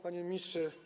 Panie Ministrze!